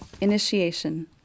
Initiation